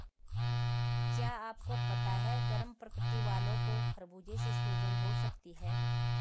क्या आपको पता है गर्म प्रकृति वालो को खरबूजे से सूजन हो सकती है?